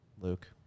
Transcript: Luke